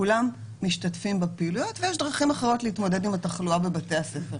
כולם משתתפים בפעילויות ויש דרכים אחרות להתמודד עם התחלואה בבתי הספר.